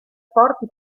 forti